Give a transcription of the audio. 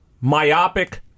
myopic